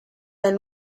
del